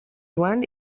joan